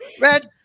Red